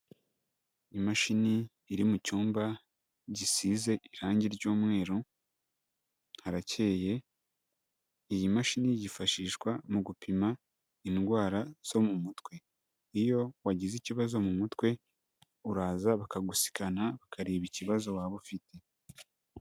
Imashini iri mu cyumba gisize irangi ry'umweru, harakeye, iyi mashini yifashishwa mu gupima indwara zo mu mutwe. Iyo wagize ikibazo mu mutwe uraza bakagusikana, bakareba ikibazo waba ufite.